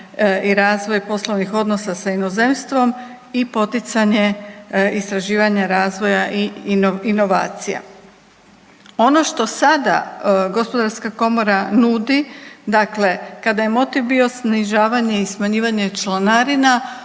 i razvoj poslovnih odnosa sa inozemstvom i poticanje istraživanja razvoja i inovacija. Ono što sada Gospodarska komora nudi, dakle kada je motiv bio snižavanje i smanjivanje članarina